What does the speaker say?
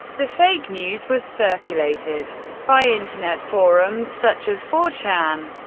the fake news was circulated by internet forums such as four chan.